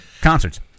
Concerts